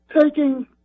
taking